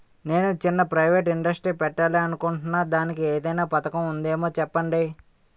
నేను చిన్న private industry పెట్టాలి అనుకుంటున్నా దానికి ఏదైనా పథకం ఉందేమో చెప్పండి?